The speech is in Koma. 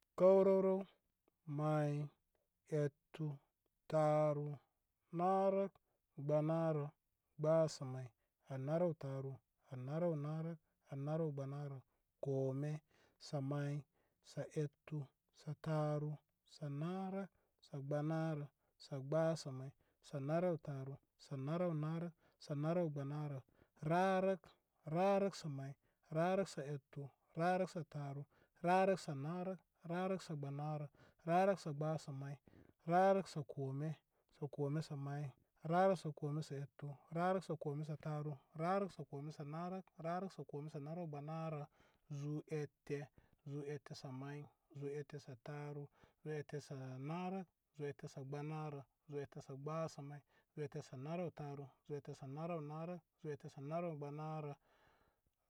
Kəwrəwrəw may ettu taru narə gbənarə gbənsə may anaru tani anaru naru anaru gbənarə kome sə may sə ettu sə taru sə narə sə gbənarə sə gbənsə may sə narə taru sə naru naru sə naru gbənarə rarək rarək sə may rərək sə ettu rarə sə taru rarə sə narə rərə sə gbənarə rərə sə gbənsəmay rarə sə kome sə kome sə may rərə, sə kome sə ettu rərə sə kome sə taru rərə sə kome sə narə rarək sə kome sə narə gbənarə zu ette zu ette sə-may, zu-ette- sə taru, zu-ette- sə narə, zu-ette- sə gbənarə, zu-ette- sə gbənsə may, zu-ette- sə anaru taru, zu-ette- sə anarə naru, zu-ette- sə anaru gbənarə.